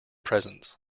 presents